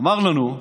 אמר לנו: